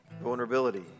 vulnerability